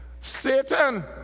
Satan